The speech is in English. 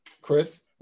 Chris